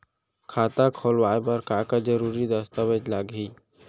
खाता खोलवाय बर का का जरूरी दस्तावेज लागही?